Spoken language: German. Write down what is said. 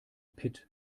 pit